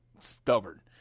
stubborn